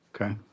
okay